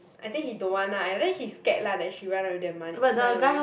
I think he don't want lah and then he scared lah that she run away with the money run away